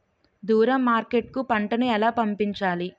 దూరం మార్కెట్ కు పంట ను ఎలా పంపించాలి?